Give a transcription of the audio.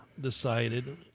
decided